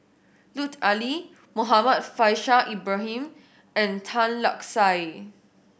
Lut Ali Muhammad Faishal Ibrahim and Tan Lark Sye